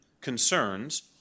concerns